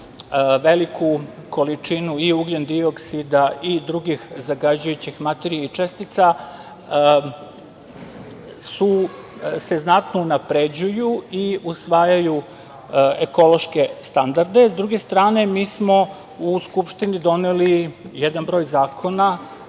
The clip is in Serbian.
veliku količinu i ugljendioksida i drugih zagađujućih materija i čestica, se znatno unapređuju i usvajaju ekološke standarde. Sa druge strane, mi smo u Skupštini doneli jedan broj zakona,